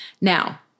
Now